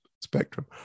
spectrum